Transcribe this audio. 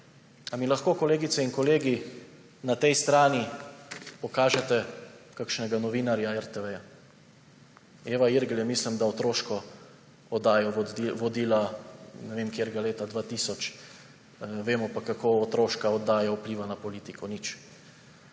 Ali mi lahko, kolegice in kolegi na tej strani pokažete kakšnega novinarja RTV? Eva Irgl je, mislim, da otroško oddajo vodila, ne vem, katerega leta, 2000, vemo pa, kako otroška oddaja vpliva na politiko – nič.